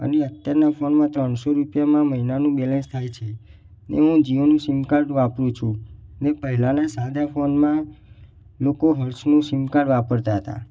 અને અત્યારના ફોનમાં ત્રણસો રૂપિયામાં મહિનાનું બેલેન્સ થાય છે ને હું જીઓનું સીમ કાર્ડ વાપરું છું ને પહેલાંના સાદા ફોનમાં લોકો હચનું સીમ કાર્ડ વાપરતા હતા